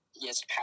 Yes